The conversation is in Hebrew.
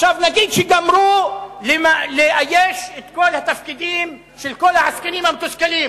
נגיד שגמרו לאייש את כל התפקידים של כל העסקנים המתוסכלים